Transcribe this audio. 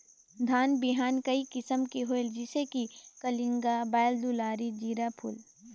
धान बिहान कई किसम के होयल जिसे कि कलिंगा, बाएल दुलारी, जीराफुल?